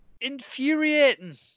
infuriating